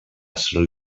sri